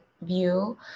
view